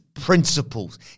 principles